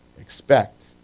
expect